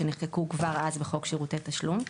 שנחקקו כבר אז בחוק שירותי התשלום.